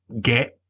get